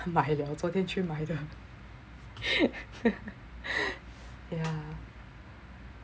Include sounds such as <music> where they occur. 买了我昨天去买了 <laughs>